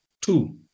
Two